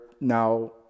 now